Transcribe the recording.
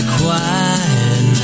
quiet